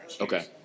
Okay